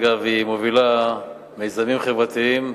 דרך אגב, היא מובילה מיזמים חברתיים,